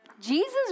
Jesus